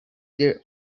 there